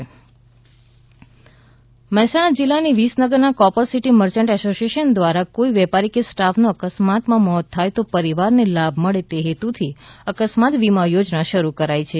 અકસ્માત વીમો મહેસાણા જીલ્લાની વિસનગરના કોપરસીટી મર્ચન્ટ એસોસીએશન દ્વારા કોઇ વેપારી કે સ્ટાફનુ અકસ્માતમાં મોત થાય તો પરિવારને લાભ મળે તે હેતુથી અકસ્માત વીમા યોજના શરૂ કરાઇ છે